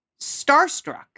starstruck